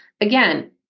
again